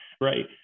right